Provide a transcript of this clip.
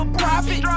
profit